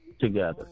together